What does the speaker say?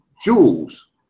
jewels